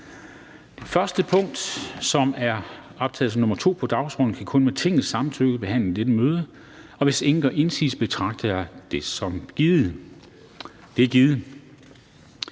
Det punkt, som er opført som nr. 2 på dagsordenen, kan kun med Tingets samtykke behandles i dette møde. Hvis ingen gør indsigelser, betragter jeg samtykket som givet. Det er givet.